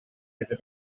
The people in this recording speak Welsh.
iddyn